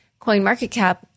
CoinMarketCap